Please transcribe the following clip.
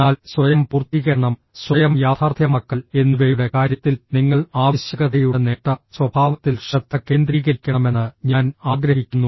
എന്നാൽ സ്വയം പൂർത്തീകരണം സ്വയം യാഥാർത്ഥ്യമാക്കൽ എന്നിവയുടെ കാര്യത്തിൽ നിങ്ങൾ ആവശ്യകതയുടെ നേട്ട സ്വഭാവത്തിൽ ശ്രദ്ധ കേന്ദ്രീകരിക്കണമെന്ന് ഞാൻ ആഗ്രഹിക്കുന്നു